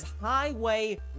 highway